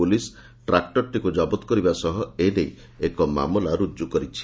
police ଟ୍ରାକ୍ଟରଟିକୁ ଜବତ କରିବା ସହ ଏ ନେଇ ଏକ ମାମଲା ରୁଜୁ କରିଛି